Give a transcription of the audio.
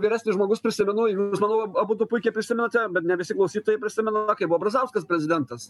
vyresnis žmogus prisimenu jūs manau abudu puikiai prisimenate bet ne visi klausytojai prisimena kaip buvo brazauskas prezidentas